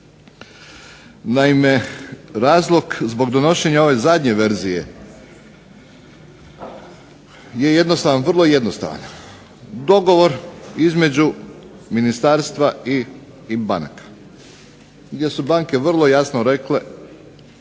Naime, razlog zbog donošenja ove zadnje verzije je vrlo jednostavan. Dogovor između ministarstva i banaka gdje su banke vrlo jasno rekle,